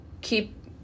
keep